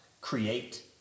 create